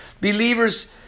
Believers